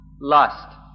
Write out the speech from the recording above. lust